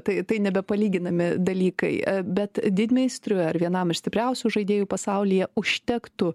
tai tai nepalyginami dalykai bet didmeistriui ar vienam iš stipriausių žaidėjų pasaulyje užtektų